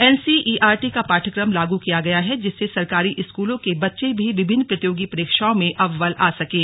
NCERT का पाठ्यक्रम लागू किया गया है जिससे सरकारी स्कूलों के बच्चे भी विभिन्न प्रतियोगी परीक्षाओं में अव्वल आ सकें